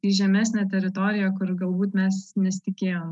į žemesnę teritoriją kur galbūt mes nesitikėjom